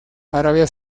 arabia